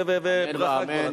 וברכה גדולה.